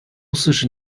四十